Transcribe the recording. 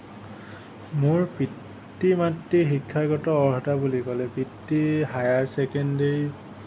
মোৰ পিতৃ মাতৃৰ শিক্ষাগত অৰ্হতা বুলি ক'লে পিতৃ হায়াৰ চেকেণ্ডেৰী